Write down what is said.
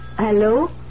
Hello